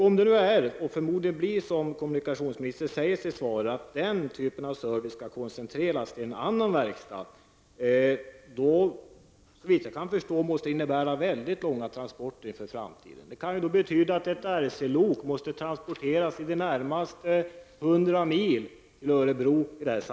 Om nu, som kommunikationsministern säger i sitt svar, den typen av service skall koncentreras till en annan verkstad, måste det, såvitt jag kan förstå, innebära väldigt långa transporter i framtiden. Det kan betyda att ett RC-lok måste transporteras i det närmaste 100 mil till Örebro.